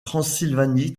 transylvanie